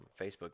facebook